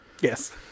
Yes